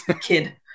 kid